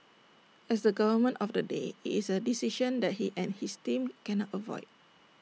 as the government of the day IT is A decision that he and his team cannot avoid